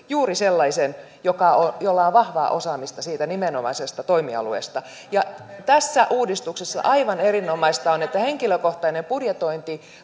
juuri sellaisen jolla on vahvaa osaamista siitä nimenomaisesta toimialueesta tässä uudistuksessa aivan erinomaista on että henkilökohtainen budjetointi